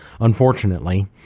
unfortunately